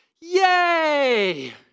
yay